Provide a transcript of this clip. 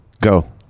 Go